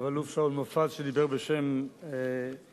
רב-אלוף שאול מופז, שדיבר בשם האופוזיציה,